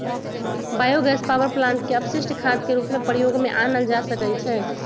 bio gas power plant के अपशिष्ट खाद के रूप में प्रयोग में आनल जा सकै छइ